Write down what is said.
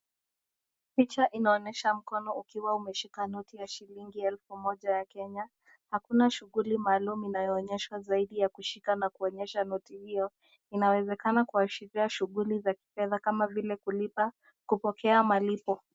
Picha inaonyesha mtu akiwa amesimama akishikilia elfu moja ya Kenya, hakuna shughuli inayonyesha zaidi ya kushika noti hiyo inawezekana shughuli za kifedha kama vile, kulipa na kupokea malipo.